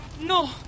No